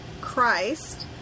Christ